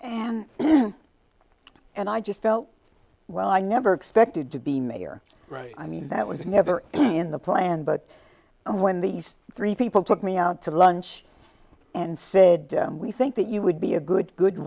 and and i just felt well i never expected to be mayor right i mean that was never in the plan but when these three people took me out to lunch and said we think that you would be a good good